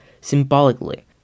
symbolically